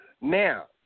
Now